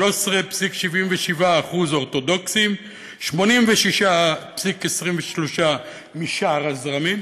13.77% הם אורתודוקסים ו-86.23% משאר הזרמים.